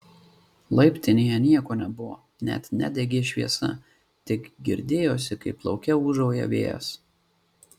laiptinėje nieko nebuvo net nedegė šviesa tik girdėjosi kaip lauke ūžauja vėjas